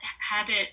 habit